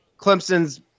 Clemson's